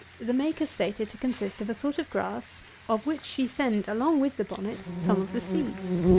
the maker stated to consist of a sort of grass of which she sent along with the bonnet some of the seeds.